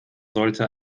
sollte